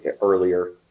earlier